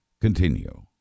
continue